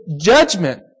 judgment